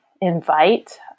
invite